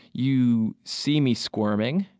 you see me squirming.